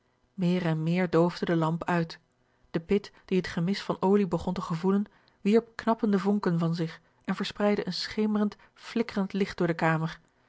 meer en meer doofde de lamp uit de pit die het gemis van olie begon te gevoelen wierp knappende vonken van zich en verspreidde een schemerend flikkerend licht door de kamer